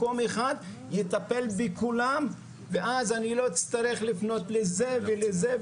מקום אחד יטפל בכולם ואז אני לא אצטרך לפנות לזה ולזה,